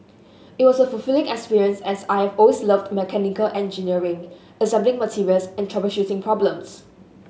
it was a fulfilling experience as I always loved mechanical engineering assembling materials and troubleshooting problems